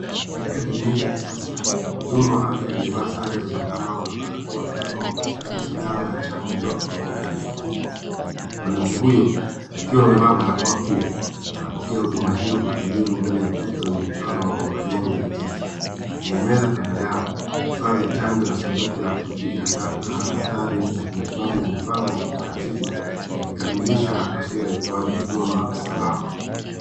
Katika kliniki ya kisasa mhudumu wa afya alivaa na barakoa anamchoma kwa ustadi sindano ya chanjo mwanamke aliyeketi, mwanamke huyo akiwa amevaa barakoa pia anapokea huduma hio kwa utulivu mbele ya ukuta mwenye mchoro wa majengo ya jiji ,kwenye meza kando yao, vifaa vya chanjo na sanduku la kutupia taka hatari za kimatibabu vimepangwa kwa utaratibu, vikikamilisha taswira ya utoaji huduma salama.